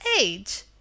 age